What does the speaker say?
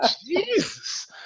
Jesus